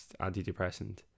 antidepressant